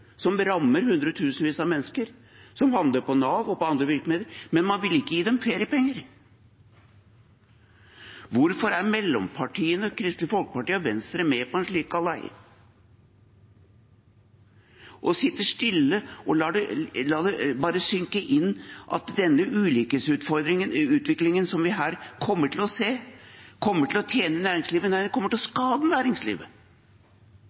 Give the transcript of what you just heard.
som rammer hundretusenvis av mennesker, som havner på Nav og på andre virkemidler, men man vil ikke gi dem feriepenger. Hvorfor er mellompartiene Kristelig Folkeparti og Venstre med på en slik galei, sitter stille og bare lar det synke inn, den ulikhetsutfordringen og utviklingen som vi her kommer til å se? Kommer det til å tjene næringslivet? Nei, det kommer til å